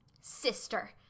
Sister